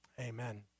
Amen